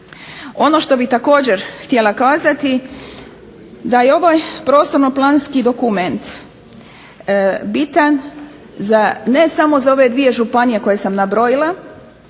Ono što bih također htjela kazati, da je ovaj prostorno-planski dokument bitan ne samo za ove dvije županije koje sam nabrojila